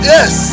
Yes